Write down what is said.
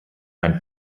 ein